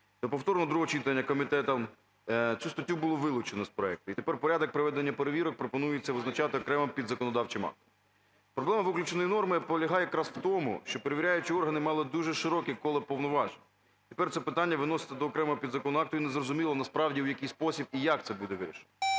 повторного другого читання комітетом цю статтю було вилучено з проекту. І тепер порядок проведення перевірок пропонується визначати окремим підзаконодавчим актом. Проблема виключеної норми полягає якраз в тому, щоб перевіряючі органи мали дуже широке коло повноважень. Тепер це питання виноситься до окремого підзаконного акту, і незрозуміло насправді, в який спосіб і як це буде вирішено.